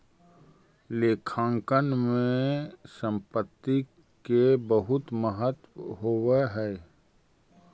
लेखांकन में संपत्ति के बहुत महत्व होवऽ हइ